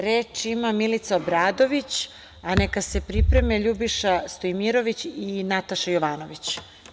Reč ima Milica Obradović, a neka se pripreme Ljubiša Stojmirović i Nataša Jovanović.